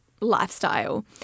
lifestyle